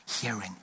hearing